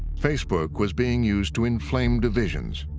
facebook was being used to inflame divisions.